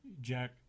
jack